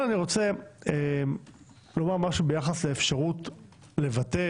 אבל אני רוצה לומר משהו ביחס לאפשרות לבטא